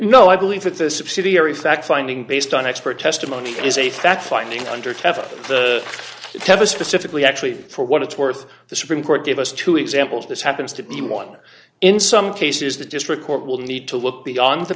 o i believe that the subsidiary fact finding based on expert testimony is a fact finding under ten tempest pacifically actually for what it's worth the supreme court gave us two examples this happens to be one in some cases the district court will need to look beyond the